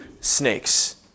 snakes